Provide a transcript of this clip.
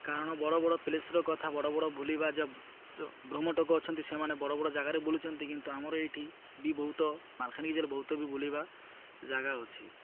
କାରଣ ବଡ଼ ବଡ଼ ପ୍ଲେସ୍ର କଥା ବଡ଼ ବଡ଼ ବୁଲିବା ଯଉ ଅଛନ୍ତି ସେମାନେ ବଡ଼ ବଡ଼ ଜାଗାରେ ବୁଲୁଛନ୍ତି କିନ୍ତୁ ଆମର ଏଇଠି ବି ବହୁତ ମାଲକାନଗିରି ବହୁତ ବି ବୁଲିବା ଜାଗା ଅଛି